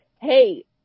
hey –